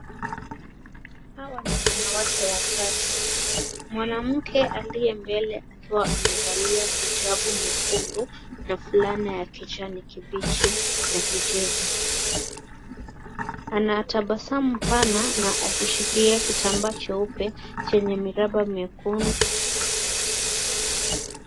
Hawa ni wanawake watatu, Mwanamke aliye mbele akiwa amevalia hijabu nyekundu na fulana ya kijani kibichi na kijivu. Ana tabasamu pana na akishikilia kitambaa cheupe chenye miraba miekundu.